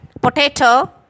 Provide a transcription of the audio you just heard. potato